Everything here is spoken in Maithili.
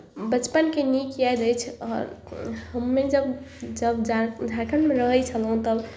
बचपनके नीक याद अछि आओर हमे जब जब झार झारखंडमे रहै छलहुँ तब